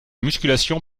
musculation